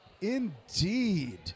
indeed